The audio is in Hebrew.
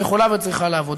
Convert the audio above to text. יכולה וצריכה לעבוד.